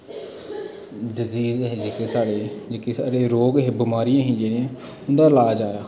disease हे जेह्के साढ़ै जेह्के साढ़ै रोग हे बामरियां हे उन्दा इलाज आया